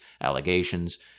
allegations